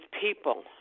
people